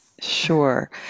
Sure